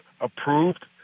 approved